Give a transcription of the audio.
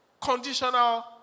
conditional